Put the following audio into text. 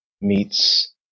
meets